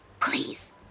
Please